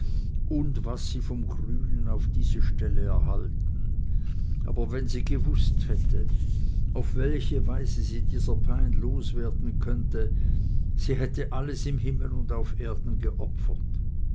und was sie vom grünen auf diese stelle erhalten aber wenn sie gewußt hätte auf welche weise sie dieser pein loswerden könnte sie hätte alles im himmel und auf erden geopfert